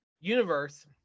universe